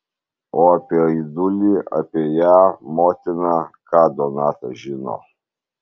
o apie aidulį apie ją motiną ką donata žino